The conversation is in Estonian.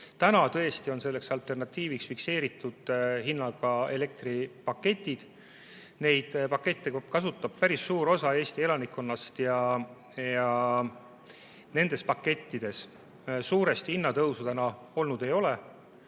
on tõesti alternatiiviks fikseeritud hinnaga elektripaketid. Neid pakette kasutab päris suur osa Eesti elanikkonnast ja nendes pakettides suuresti hinnatõusu olnud ei ole.